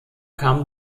kamen